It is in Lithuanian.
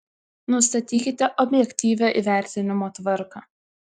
nustatykite objektyvią įvertinimo tvarką